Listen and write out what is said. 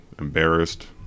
embarrassed